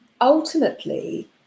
ultimately